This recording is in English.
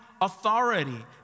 authority